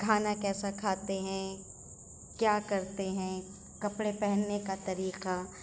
کھانا کیسا کھاتے ہیں کیا کرتے ہیں کپڑے پہننے کا طریقہ